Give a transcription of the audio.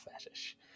fetish